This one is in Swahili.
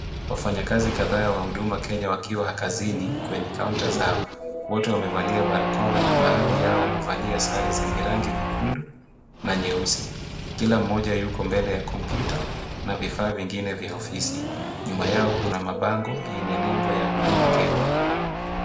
Wafanyakazi kadhaa wa Huduma Kenya wakiwa kazini kwenye kaunta zao. Wote wamevalia barakoa na baadhi yao wamevalia sare zenye rangi nyekundu na nyeusi. Kila mmoja yuko mbele ya kompyuta na vifaa vingine vya ofisi. Nyuma yao kuna mabango yenye nembo ya Huduma Kenya.